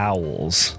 Owls